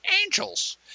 angels